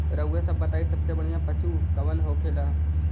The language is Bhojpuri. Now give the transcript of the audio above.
रउआ सभ बताई सबसे बढ़ियां पशु कवन होखेला?